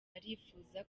arifuza